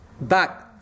Back